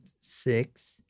six